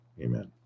Amen